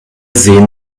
sehen